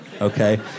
Okay